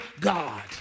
God